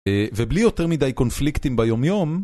ובלי יותר מידי קונפליקטים ביומיום...